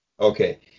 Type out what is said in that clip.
Okay